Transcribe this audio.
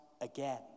again